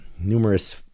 numerous